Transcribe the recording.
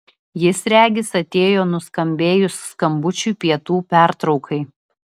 jis regis atėjo nuskambėjus skambučiui pietų pertraukai